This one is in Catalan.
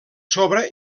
sobre